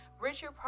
richard